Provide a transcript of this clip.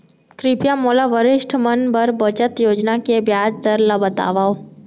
कृपया मोला वरिष्ठ मन बर बचत योजना के ब्याज दर ला बतावव